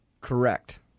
Correct